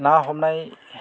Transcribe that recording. ना हमनाय